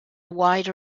wide